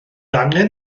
angen